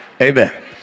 Amen